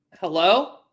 Hello